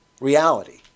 reality